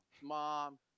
Mom